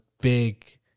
big